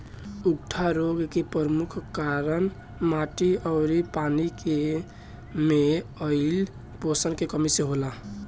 उकठा रोग के परमुख कारन माटी अउरी पानी मे आइल पोषण के कमी से होला